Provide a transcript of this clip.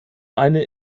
eine